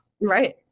Right